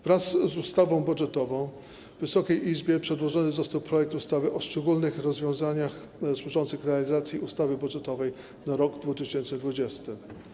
Wraz z ustawą budżetową Wysokiej Izbie przedłożony został projekt ustawy o szczególnych rozwiązaniach służących realizacji ustawy budżetowej na rok 2020.